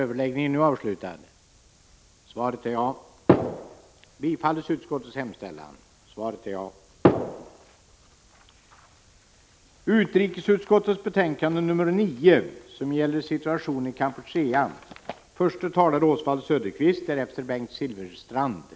Jag tolkar Maria Leissners inlägg så, att det är meningen att det skall bli på detta sätt i fortsättningen.